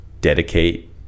dedicate